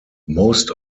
most